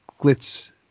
glitz